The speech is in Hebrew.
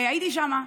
הייתי שם.